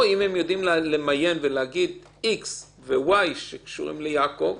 אם הם יודעים למיין ולהגיד שהם צריכים איקס ווואי שקשורים ליעקב,